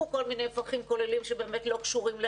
כל מיני מפקחים כוללים שלא קשורים לעניין.